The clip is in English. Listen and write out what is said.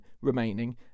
remaining